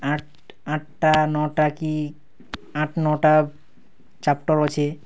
ଆଁଠ୍ ଆଁଠ୍ଟା ନଅଟା କି ଆଁଠ୍ ନଅଟା ଚାପ୍ଟର୍ ଅଛେ